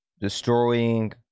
destroying